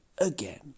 again